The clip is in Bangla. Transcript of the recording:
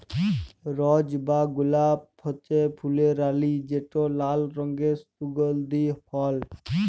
রজ বা গোলাপ হছে ফুলের রালি যেট লাল রঙের সুগল্ধি ফল